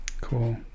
cool